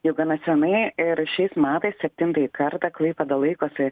jau gana senai ir šiais metais septintąjį kartą klaipėda laikosi